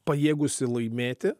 pajėgusi laimėti